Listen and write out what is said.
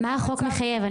מה החוק מחייב?